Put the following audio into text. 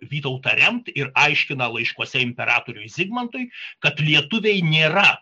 vytautą remti ir aiškina laiškuose imperatoriui zigmantui kad lietuviai nėra